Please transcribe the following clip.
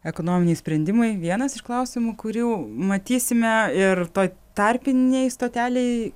ekonominiai sprendimai vienas iš klausimų kurių matysime ir toj tarpinėj stotelėj